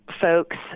folks